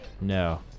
No